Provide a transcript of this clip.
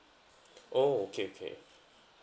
oh okay okay